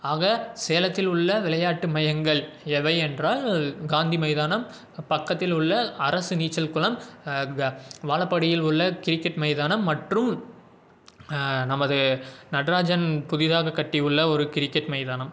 ஆக சேலத்தில் உள்ள விளையாட்டு மையங்கள் எவையென்றால் காந்தி மைதானம் பக்கத்தில் உள்ள அரசு நீச்சல் குளம் அந்த வாழப்பாடியில் உள்ள கிரிக்கெட் மைதானம் மற்றும் நமது நட்ராஜன் புதிதாக கட்டி உள்ள ஒரு கிரிக்கெட் மைதானம்